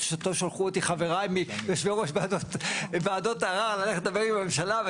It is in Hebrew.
שטוב שלא שלחו אותי חבריי יושבי ראש ועדות ערער ללכת לדבר עם הממשלה,